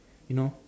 you know